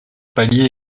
palier